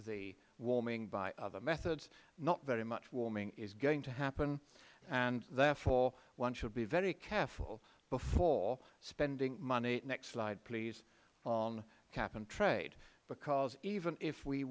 the warming by other methods not very much warming is going to happen and therefore one should be very careful before spending money next slide please on cap and trade because even if we